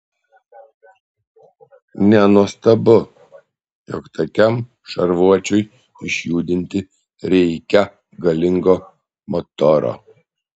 nenuostabu jog tokiam šarvuočiui išjudinti reikia galingo motoro